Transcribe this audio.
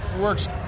works